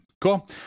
Cool